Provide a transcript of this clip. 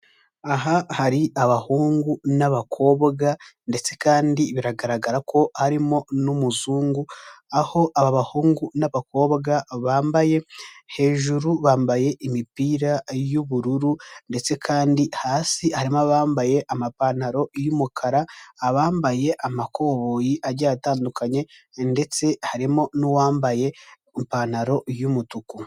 Aha hari abahungu n'abakobwa ndetse kandi biragaragara ko harimo n'umuzungu aho aba bahungu n'abakobwa, bambaye, hejuru bambaye imipira y'ubururu ndetse kandi hasi harimo abambaye amapantaro y'umukara, abambaye amakoboyi agiye atandukanye ndetse harimo n'uwambaye ipantaro y'umutuku.